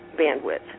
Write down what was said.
bandwidth